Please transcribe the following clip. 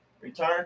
Return